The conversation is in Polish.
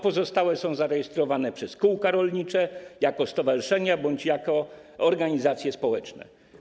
Pozostałe koła zarejestrowane są przez kółka rolnicze, jako stowarzyszenia bądź jako organizacje społeczne.